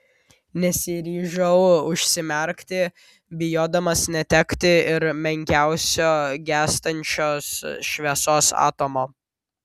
nesiryžau užsimerkti bijodamas netekti ir menkiausio gęstančios šviesos atomo